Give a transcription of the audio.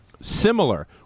similar